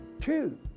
Two